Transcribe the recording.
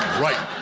right.